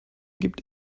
gibt